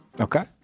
Okay